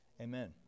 Amen